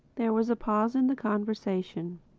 there was a pause in the conversation.